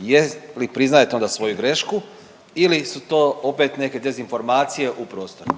Je li priznajete onda svoju grešku ili su to opet neke dezinformacije u prostoru?